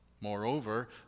Moreover